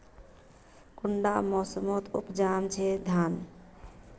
कुंडा मोसमोत उपजाम छै धान?